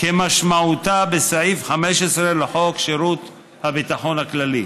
כמשמעותה בסעיף 15 לחוק שירות הביטחון הכללי".